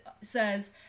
says